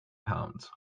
pounds